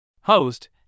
Host